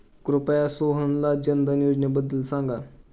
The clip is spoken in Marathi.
कृपया सोहनला जनधन योजनेबद्दल सांगा